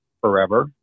forever